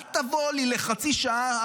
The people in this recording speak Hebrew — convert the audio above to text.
אל תבוא לי לחצי שעה,